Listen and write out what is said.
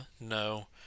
no